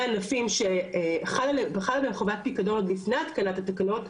ענפים שחל עליהם חובת פיקדון עוד לפני התקנת התקנות,